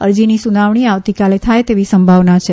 અરજીની સુનાવણી આવતીકાલે થાય તેવી સંભાવના છે